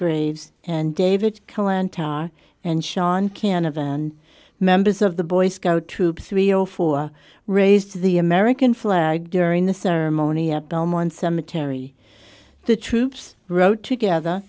graves and david cohen tar and sean canavan members of the boy scout troop three zero four raised the american flag during the ceremony at belmont cemetery the troops wrote together